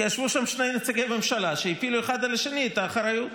כי ישבו שם שני נציגי ממשלה שהפילו אחד על השני את האחריות,